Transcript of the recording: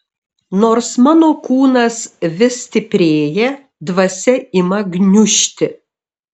nors mano kūnas vis stiprėja dvasia ima gniužti